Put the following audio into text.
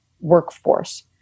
workforce